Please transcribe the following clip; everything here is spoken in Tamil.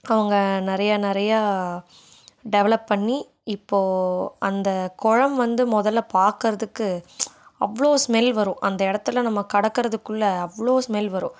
அவங்க நிறைய நிறையா டெவலப் பண்ணி இப்போ அந்த குளம் வந்து முதல்ல பார்க்கறதுக்கு அவ்வளோ ஸ்மெல் வரும் அந்த இடத்துல நம்ம கடக்கிறதுக்குள்ள அவ்வளோ ஸ்மெல் வரும்